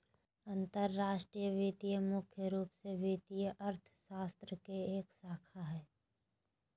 अंतर्राष्ट्रीय वित्त मुख्य रूप से वित्तीय अर्थशास्त्र के एक शाखा हय